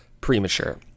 premature